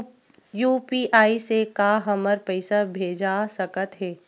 UPI से का हमर पईसा भेजा सकत हे?